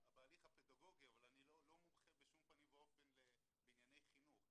בהליך הפדגוגי אבל אני לא מומחה בשום פנים ואופן בענייני חינוך.